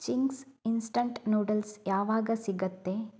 Ching's instant noodles ಯಾವಾಗ ಸಿಗುತ್ತೆ